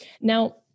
Now